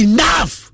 Enough